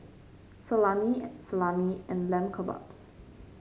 Salami Salami and Lamb Kebabs